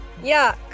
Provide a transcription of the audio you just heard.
Yuck